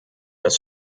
das